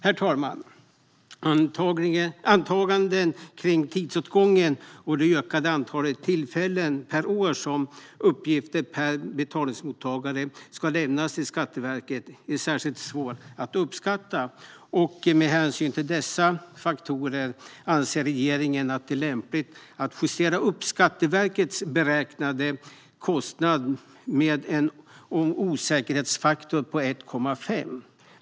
Herr talman! Uppskattningar av tidsåtgång och det ökade antal tillfällen per år som uppgifter per betalningsmottagare ska lämnas till Skatteverket är särskilt svåra att göra. Med hänsyn till dessa faktorer anser regeringen att det är lämpligt att justera upp Skatteverkets beräknade kostnad med en osäkerhetsfaktor på 1,5.